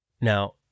Now